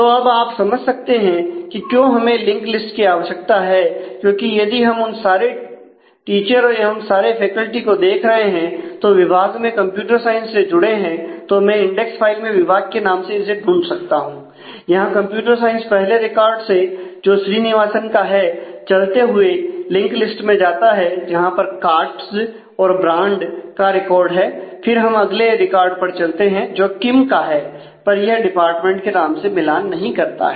तो अब आप समझ सकते हैं कि क्यों हमें लिंक लिस्ट की आवश्यकता है क्योंकि यदि हम उन सारे टीचर एवं सारे फैकल्टी को देख रहे हैं जो विभाग में कंप्यूटर साइंस से जुड़े हैं तो मैं इंडेक्स फाइल में विभाग के नाम से इसे ढूंढ सकता हूं यहां कंप्यूटर साइंस पहले रिकॉर्ड से जो श्रीनिवासन का है चलते हुए लिंक लिस्ट में जाता है जहां पर काट्ज का है पर यह डिपार्टमेंट के नाम से मिलान नहीं करता है